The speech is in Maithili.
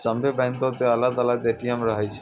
सभ्भे बैंको के अलग अलग ए.टी.एम रहै छै